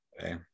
Okay